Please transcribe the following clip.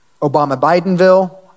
Obama-Bidenville